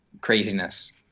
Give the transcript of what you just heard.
craziness